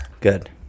Good